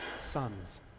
sons